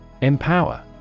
Empower